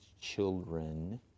children